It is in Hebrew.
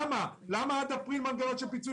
למה לא לעשות זאת עכשיו?